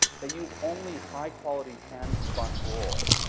they use only high quality hand spun wool.